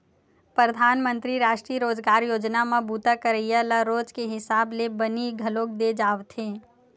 परधानमंतरी रास्टीय रोजगार योजना म बूता करइया ल रोज के हिसाब ले बनी घलोक दे जावथे